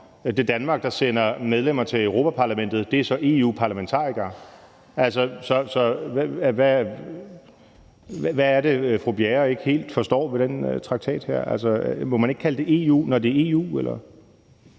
Det er Danmark, der sender medlemmer til Europa-Parlamentet, og det er så EU-parlamentarikere. Så hvad er det, fru Marie Bjerre ikke helt forstår ved den traktat her? Må man ikke kalde det EU, når det er EU?